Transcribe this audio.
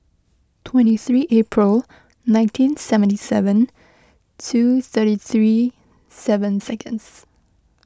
twenty three April nineteen seventy seven two thirty three seven seconds